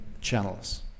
channels